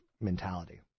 mentality